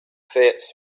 fits